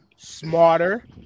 smarter